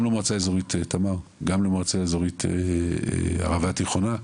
גם למועצה אזורית תמר וגם למועצה אזורית ערבה תיכונה,